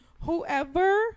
whoever